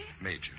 Major